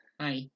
hi